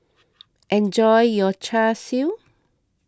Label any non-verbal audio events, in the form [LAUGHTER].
[NOISE] enjoy your Char Siu